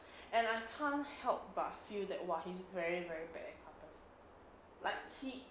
and I can't help but feel that !wah! he's very very bad at karthus like he